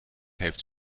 heeft